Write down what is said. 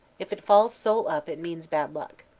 if it falls sole up, it means bad luck.